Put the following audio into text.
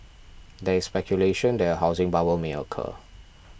there is speculation that a housing bubble may occur